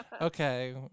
okay